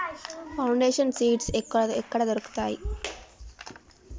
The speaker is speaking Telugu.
ఫౌండేషన్ సీడ్స్ ఎక్కడ దొరుకుతాయి?